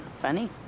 funny